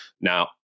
Now